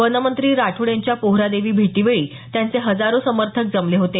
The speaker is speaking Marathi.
वनमंत्री राठोड यांच्या पोहरादेवी भेटीवेळी त्यांचे हजारो समर्थक जमले होते